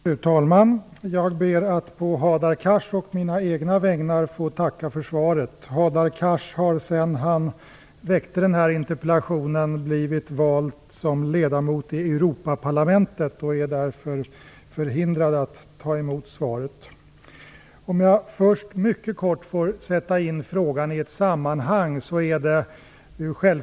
Fru talman! Jag ber att på Hadar Cars och mina egna vägnar få tacka för svaret. Hadar Cars har sedan han väckte den här interpellationen blivit vald som ledamot i Europaparlamentet och är därför förhindrad att ta emot svaret. Jag vill först mycket kort sätta in frågan i ett sammanhang.